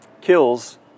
kills